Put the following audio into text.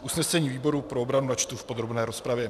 Usnesení výboru pro obranu načtu v podrobné rozpravě.